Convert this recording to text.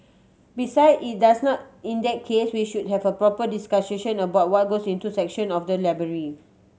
beside is that's now India case we should have a proper discussion about what goes into section of the library